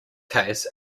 case